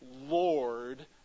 Lord